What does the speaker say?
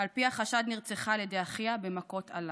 על פי החשד נרצחה על ידי אחיה במכות אלה,